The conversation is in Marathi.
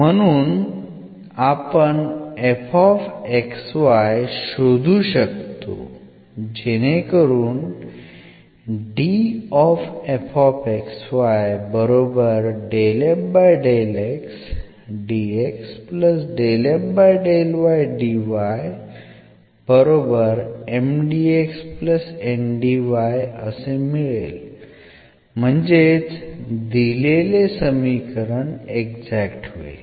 म्हणून आपण शोधू शकतो जेणेकरून म्हणजे दिलेले समीकरण एक्झॅक्ट होईल